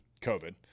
COVID